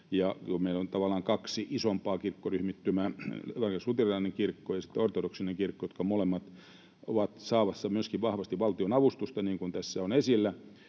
tavallaan kaksi isompaa kirkkoryhmittymää, evankelis-luterilainen kirkko ja sitten ortodoksinen kirkko, jotka molemmat ovat saamassa myöskin vahvasti valtionavustusta, niin kuin tässä on esillä,